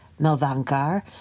Melvankar